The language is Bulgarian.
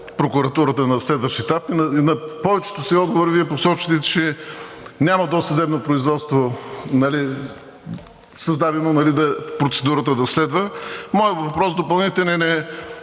прокуратурата на следващ етап. На повечето си отговори Вие посочвате, че няма досъдебно производство, създадено процедурата да следва. Моят допълнителен въпрос